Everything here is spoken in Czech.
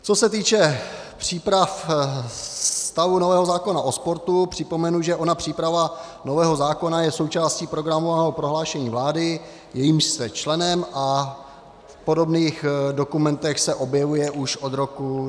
Co se týče příprav stavu nového zákona o sportu, připomenu, že ona příprava nového zákona je součástí programového prohlášení vlády, jejímž jste členem, a v podobných dokumentech se objevuje už od roku 2013.